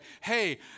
hey